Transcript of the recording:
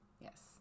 Yes